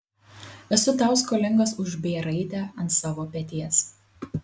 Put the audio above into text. esu tau skolingas už b raidę ant savo peties